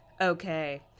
Okay